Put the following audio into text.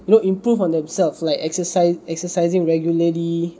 you know improved on themselves like exercise exercising regularly